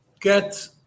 get